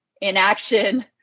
inaction